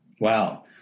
Wow